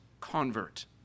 convert